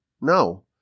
No